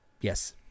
Yes